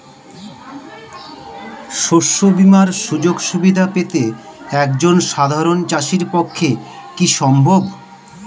শস্য বীমার সুযোগ সুবিধা পেতে একজন সাধারন চাষির পক্ষে কি সম্ভব?